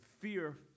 fear